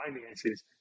finances